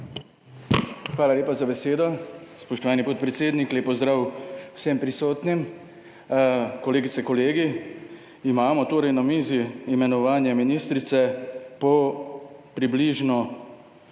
Hvala lepa za besedo. Spoštovani podpredsednik, lep pozdrav vsem prisotnim, kolegice, kolegi. Imamo torej na mizi imenovanje ministrice po približno